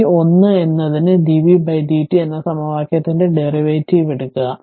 ഈ 1 എന്നതിന് dvtdt എന്ന സമവാക്യത്തിന്റെ ഡെറിവേറ്റീവ് എടുക്കുക